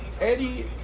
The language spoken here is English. Eddie